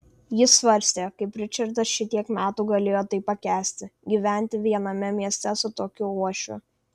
jis svarstė kaip ričardas šitiek metų galėjo tai pakęsti gyventi viename mieste su tokiu uošviu